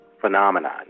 phenomenon